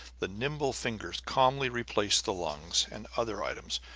the nimble fingers calmly replaced the lungs and other items,